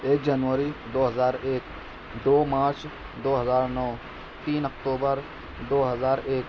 ایک جنوری دو ہزار ایک دو مارچ دو ہزار نو تین اکتوبر دو ہزار ایک